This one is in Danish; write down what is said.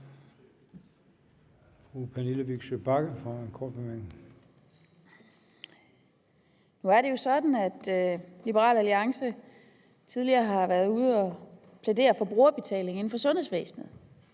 Nu er det jo sådan, at Liberal Alliance tidligere har været ude at plædere for brugerbetaling inden for sundhedsvæsenet.